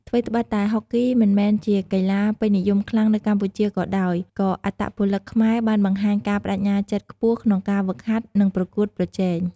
ថ្វីត្បិតតែហុកគីមិនមែនជាកីឡាពេញនិយមខ្លាំងនៅកម្ពុជាក៏ដោយ ក៏អត្តពលិកខ្មែរបានបង្ហាញការប្តេជ្ញាចិត្តខ្ពស់ក្នុងការហ្វឹកហាត់ និងប្រកួតប្រជែង។